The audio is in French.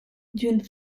d’une